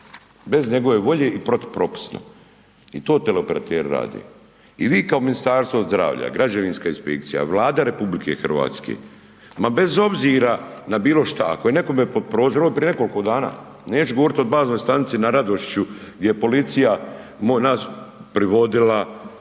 bez njegove volje, i protupropisno, i to teleoperateri rade. I vi kao Ministarstvo zdravlja, građevinska inspekcija, Vlada Republike Hrvatske, ma bez obzira na bilo šta, ako je nekome pod prozorom, ovo je od prije nekoliko dana, neću govoriti o baznoj stanici na Radošiću gdje je policija nas privodila,